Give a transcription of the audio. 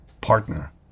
partner